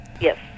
Yes